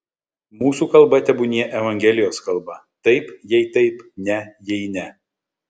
mūsų kalba tebūnie evangelijos kalba taip jei taip ne jei ne